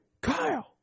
Kyle